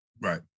Right